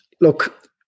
Look